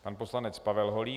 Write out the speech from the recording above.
Pan poslanec Pavel Holík.